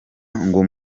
ngo